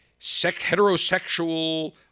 heterosexual